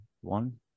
One